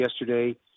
yesterday